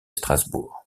strasbourg